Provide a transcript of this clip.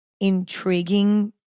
intriguing